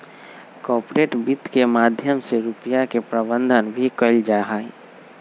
corporate वित्त के माध्यम से रुपिया के प्रबन्धन भी कइल जाहई